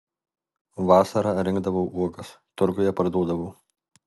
vasarą rinkdavau uogas turguje parduodavau